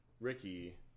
Ricky